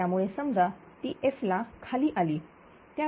त्यामुळे समजा ती F ला खाली आली त्यावेळी